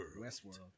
Westworld